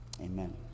Amen